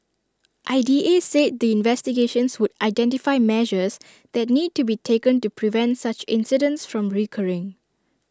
I D A said the investigations would identify measures that need to be taken to prevent such incidents from recurring